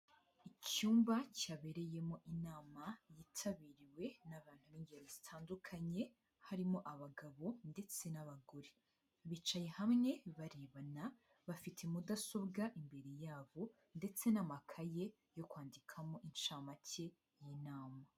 Icyumba cyabereyemo inama yitabiriwe n'abantu b'ingeri zitandukanye, harimo abagabo ndetse n'abagore, bicaye hamwe barebana, bafite mudasobwa imbere yabo ndetse n'amakaye yo kwandikamo incamake y'inama.